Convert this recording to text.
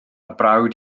brawd